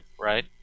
right